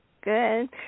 Good